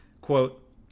quote